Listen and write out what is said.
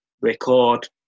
record